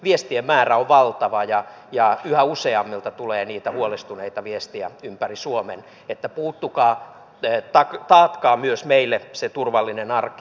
viestien määrä on valtava ja yhä useammilta tulee niitä huolestuneita viestejä ympäri suomen että puuttukaa taatkaa myös meille se turvallinen arki